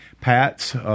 Pats